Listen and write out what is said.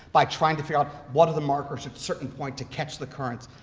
by trying to figure out what are the markers at a certain point to catch the currents.